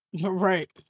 Right